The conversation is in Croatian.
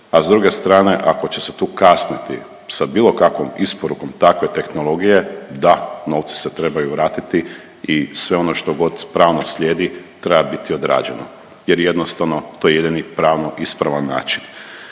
a s druge strane ako ćete tu kasniti sa bilo kakvom isporukom takve tehnologije, da, novci se trebaju vratiti i sve ono štogod pravno slijedi treba biti odrađeno jer jednostavno to je jedini pravno ispravan način.